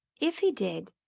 if he did,